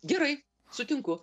gerai sutinku